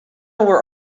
were